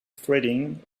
threading